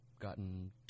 gotten